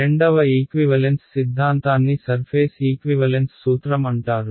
రెండవ ఈక్వివలెన్స్ సిద్ధాంతాన్ని surface equivalence సూత్రం అంటారు